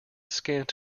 scant